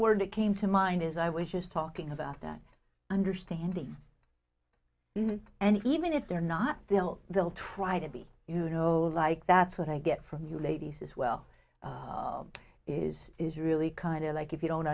word that came to mind as i was just talking about that understand these and even if they're not they'll they'll try to be you know like that's what i get from you ladies as well is is really kind of like if you don't